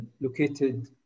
located